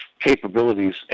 capabilities